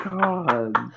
God